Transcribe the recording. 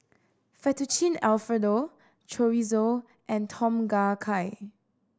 Fettuccine Alfredo Chorizo and Tom Kha Gai